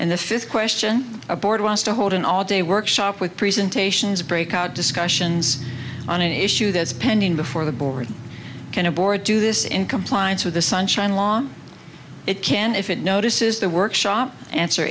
and the fifth question a board wants to hold an all day workshop with presentations break out discussions on an issue that is pending before the board can a board do this in compliance with the sunshine law it can if it notices the workshop answer